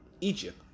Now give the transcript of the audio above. Egypt